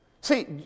See